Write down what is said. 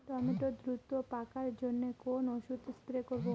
Tomato দ্রুত পাকার জন্য কোন ওষুধ স্প্রে করব?